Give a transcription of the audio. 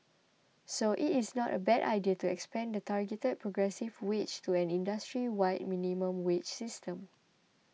so it is not a bad idea to expand the targeted progressive wage to an industry wide minimum wage system